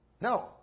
no